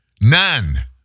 None